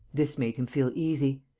this made him feel easy.